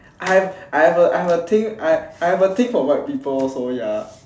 I have I have I have a thing I have a thing for white people so ya